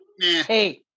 Hey